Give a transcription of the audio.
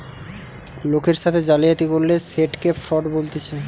লোকের সাথে জালিয়াতি করলে সেটকে ফ্রড বলতিছে